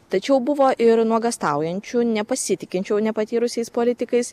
tačiau buvo ir nuogąstaujančių nepasitikinčių nepatyrusiais politikais